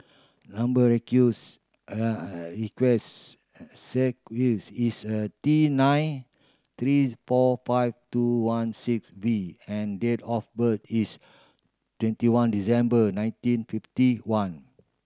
number is a T nine three four five two one six V and date of birth is twenty one December nineteen fifty one